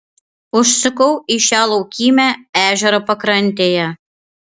užsukau į šią laukymę ežero pakrantėje